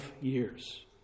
years